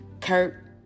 Kurt